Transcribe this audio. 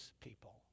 people